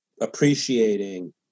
appreciating